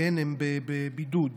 הם בבידוד.